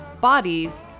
bodies